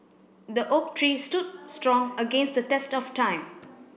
the oak tree stood strong against the test of time